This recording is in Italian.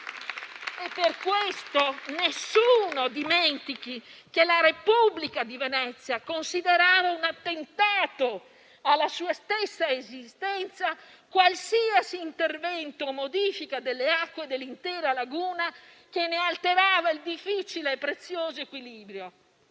Per questo, nessuno dimentichi che la Repubblica di Venezia considerava un attentato alla sua stessa esistenza qualsiasi intervento di modifica delle acque dell'intera laguna che ne alterava il difficile e prezioso equilibrio.